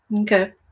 Okay